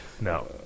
No